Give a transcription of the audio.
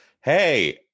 Hey